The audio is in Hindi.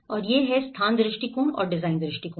और जहां स्थान दृष्टिकोण और डिजाइन दृष्टिकोण